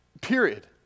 Period